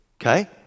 Okay